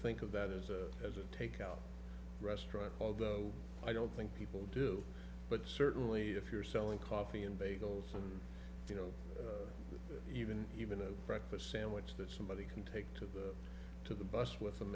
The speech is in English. think of that as as a takeout restaurant although i don't think people do but certainly if you're selling coffee and bagels you know even even a breakfast sandwich that somebody can take to the bus with them